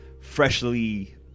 freshly